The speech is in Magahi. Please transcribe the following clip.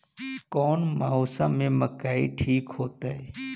कौन मौसम में मकई ठिक होतइ?